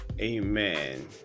Amen